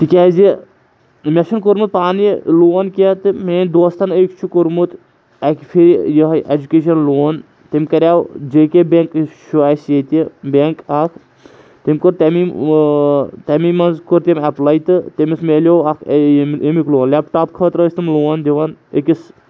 تِکیازِ مےٚ چھُنہٕ کوٚرمُت پانہٕ یہِ لون کینٛہہ تہِ میٲنۍ دوستَن أکۍ چھُ کوٚرمُت اَکہِ پھِرِ یِہٕے اٮ۪جوکیشَن لون تٔمۍ کَریو جے کے بینٛک یُس چھُ اَسہِ ییٚتہِ بیںٛک اَکھ تٔمۍ کوٚر تمے تَمے منٛز کوٚر تٔمۍ اٮ۪پلاے تہٕ تٔمِس مِلیو اَکھ ییٚمیُٚک لون لٮ۪پٹاپ خٲطرٕ ٲسۍ تِم لون دِوَان أکِس